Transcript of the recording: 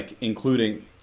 Including